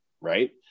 right